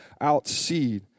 outseed